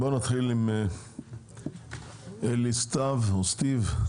נתחיל עם אלי סתווי.